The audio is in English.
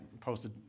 posted